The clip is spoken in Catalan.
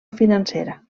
financera